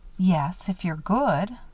yes, if you're good.